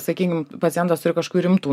sakykim pacientas turi kažkokių rimtų